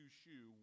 shoe